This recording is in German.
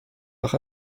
auch